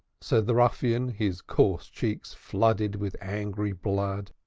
said the ruffian, his coarse cheeks flooded with angry blood.